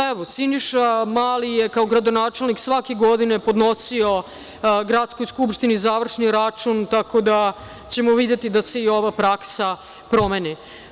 Evo, Siniša Mali je kao gradonačelnik svake godine podnosio Gradskoj skupštini završni račun, tako da ćemo videti da se i ova praksa promeni.